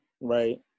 right